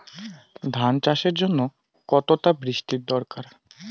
ধান চাষের জন্য কতটা বৃষ্টির দরকার?